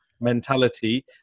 mentality